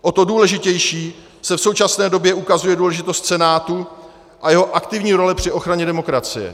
O to důležitější se v současné době ukazuje důležitost Senátu a jeho aktivní role při ochraně demokracie.